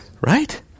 Right